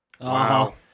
Wow